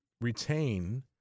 retain